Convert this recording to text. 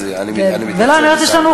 אני מצטער שיש לי גם אימא אשכנזייה.